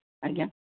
ଆଜ୍ଞା